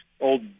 old